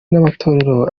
n’amatorero